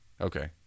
Okay